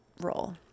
role